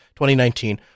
2019